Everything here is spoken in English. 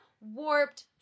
warped